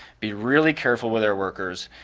be really careful with their workers,